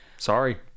sorry